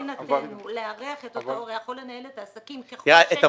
לכן האפשרות מבחינתנו לארח את אותו אורח או לנהל את העסקים --- סליחה,